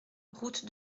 route